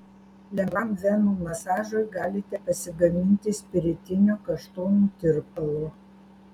lengvam venų masažui galite pasigaminti spiritinio kaštonų tirpalo